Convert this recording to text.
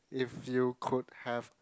if you could have